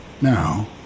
Now